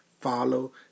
follow